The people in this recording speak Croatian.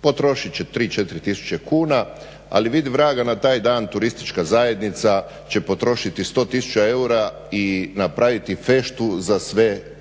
potrošit će 3, 4 tisuće kuna ali vidi vraga na taj dan turistička zajednica će potrošiti 100 tisuća eura i napraviti feštu